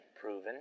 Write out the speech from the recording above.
proven